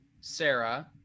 sarah